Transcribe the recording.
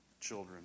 children